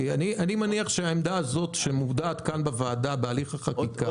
העמדה שמובעת כאן בוועדה בהליך החקיקה,